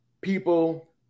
People